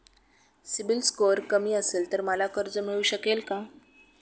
CIBIL score कमी असेल तर मला कर्ज मिळू शकेल का?